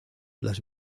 las